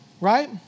right